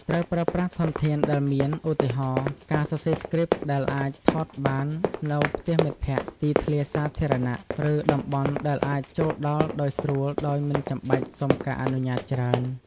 ត្រូវប្រើប្រាស់ធនធានដែលមាន ឧទាហរណ៍ ការសរសេរស្គ្រីបដែលអាចថតបាននៅផ្ទះមិត្តភក្តិ ទីធ្លាសាធារណៈ ឬតំបន់ដែលអាចចូលដល់ដោយស្រួលដោយមិនចាំបាច់សុំការអនុញ្ញាតច្រើន។